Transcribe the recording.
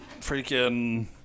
freaking